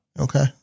Okay